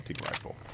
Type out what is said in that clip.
rifle